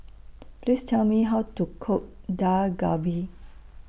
Please Tell Me How to Cook Dak Galbi